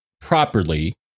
properly